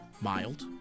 Mild